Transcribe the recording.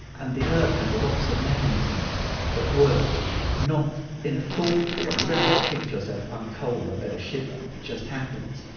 and the earth has lots of mechanisms that work not in a thoughtful way, you don't have to think to yourself i'm cold, i'd better shiver', it just happens.